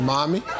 Mommy